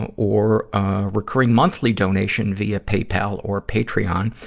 and or, ah recurring monthly donation via paypal or patreon.